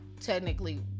technically